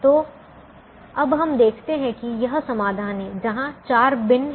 तो अब हम देखते हैं कि यह समाधान है जहां 4 बिन हैं